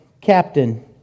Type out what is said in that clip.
captain